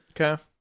okay